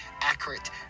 accurate